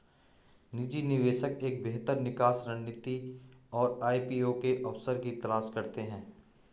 निजी निवेशक एक बेहतर निकास रणनीति और आई.पी.ओ के अवसर की तलाश करते हैं